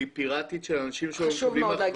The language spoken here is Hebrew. פיראטית של אנשים --- חשוב מאוד.